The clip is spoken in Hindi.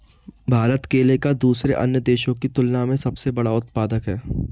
भारत केले का दूसरे अन्य देशों की तुलना में सबसे बड़ा उत्पादक है